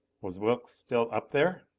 was wilks still up there?